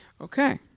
Okay